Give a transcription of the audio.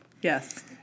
Yes